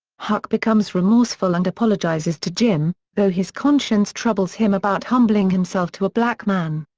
huck becomes remorseful and apologizes to jim, though his conscience troubles him about humbling himself to a black man.